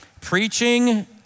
Preaching